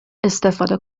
استفاده